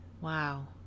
Wow